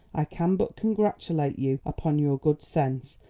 i can but congratulate you upon your good sense,